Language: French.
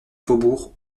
faubourg